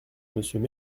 monsieur